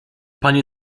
panie